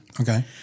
Okay